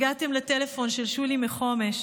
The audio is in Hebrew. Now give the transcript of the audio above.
הגעתם לטלפון של שולי מחומש,